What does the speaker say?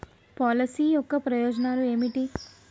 Policy యొక్క ప్రయోజనాలు ఏమిటి?